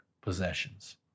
possessions